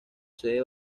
sede